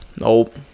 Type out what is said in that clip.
Nope